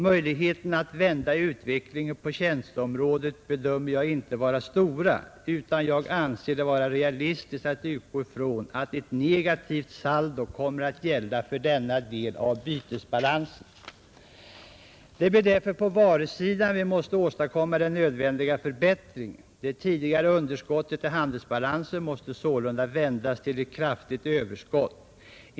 Möjligheterna att vända utvecklingen på tjänsteområdet bedömer jag inte vara stora, utan jag anser det vara realistiskt att utgå från att ett negativt saldo då kommer att gälla för denna del av bytesbalansen. Det blir därför på varusidan som vi måste åstadkomma den nödvändiga förbättringen. Det tidigare underskottet i handelsbalansen måste sålunda vändas till ett kraftigt överskott.